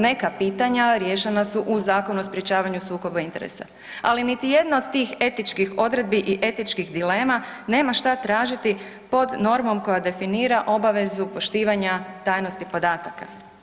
Neka pitanja rješenja su u Zakonu o sprječavanju sukoba interesa, ali niti jedna od tih etičkih odredbi i etičkih dilema nema šta tražiti pod normom koja definira obavezu poštivanja tajnosti podataka.